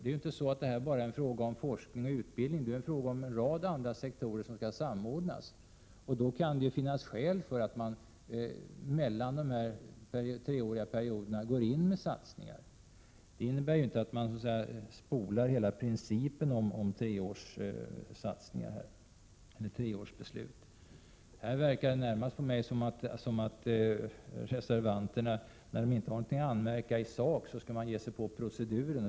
Detta är ju inte bara en fråga om forskning och utbildning utan det är också en rad andra sektorer som skall samordnas. Då kan det finnas skäl för att man mitt i dessa treåriga perioder går in med satsningar. Det innebär inte att man helt överger principen om treårsbeslut. Det verkar som om reservanterna, när de inte har något att anmärka på i sak, ger sig på proceduren.